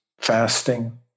fasting